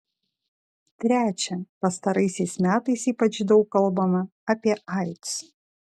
trečia pastaraisiais metais ypač daug kalbama apie aids